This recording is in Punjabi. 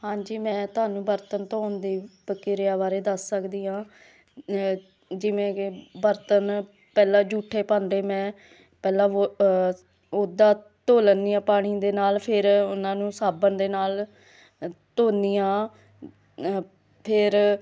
ਹਾਂਜੀ ਮੈਂ ਤੁਹਾਨੂੰ ਬਰਤਨ ਧੋਣ ਦੇ ਪ੍ਰਕਿਰਿਆ ਬਾਰੇ ਦੱਸ ਸਕਦੀ ਹਾਂ ਜਿਵੇਂ ਕਿ ਬਰਤਨ ਪਹਿਲਾਂ ਜੂਠੇ ਭਾਂਡੇ ਮੈਂ ਪਹਿਲਾਂ ਉੱਦਾਂ ਧੋ ਲੈਂਦੀ ਹਾਂ ਪਾਣੀ ਦੇ ਨਾਲ ਫਿਰ ਉਹਨਾਂ ਨੂੰ ਸਾਬਣ ਦੇ ਨਾਲ ਧੋਨੀ ਹਾਂ ਫਿਰ